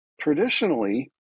traditionally